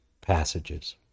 passages